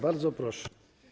Bardzo proszę.